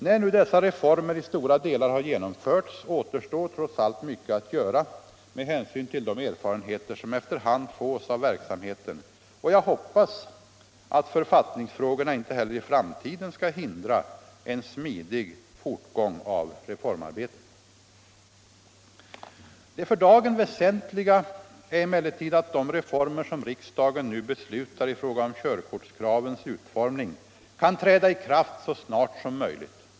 När nu dessa reformer i stora delar har genomförts, återstår trots allt mycket att göra med hänsyn till de erfarenheter som efter hand fås av verksamheten, och jag hoppas att författningsfrågorna inte heller i framtiden skall hindra en smidig fortgång av reformarbetet. Det för dagen väsentliga är emellertid att de reformer som riksdagen nu beslutar i fråga om körkortskravens utformning kan träda i kraft så snart som möjligt.